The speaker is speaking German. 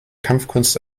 kampfkunst